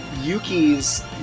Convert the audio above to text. Yuki's